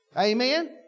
Amen